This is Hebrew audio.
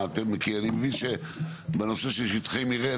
אני מבין שבנושא של שטחי מרעה,